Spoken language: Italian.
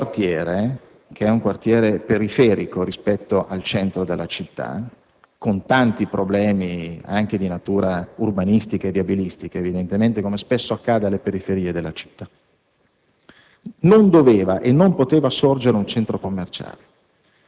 Dunque, chiediamo chiarezza. In quel quartiere, periferico rispetto al centro della città, che ha tanti problemi anche di natura urbanistica e viabilistica, evidentemente - come spesso accade alle periferie delle città